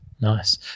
Nice